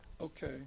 Okay